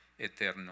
eterno